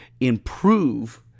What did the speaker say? improve